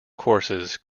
courses